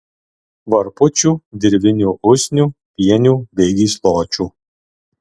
varpučių dirvinių usnių pienių bei gysločių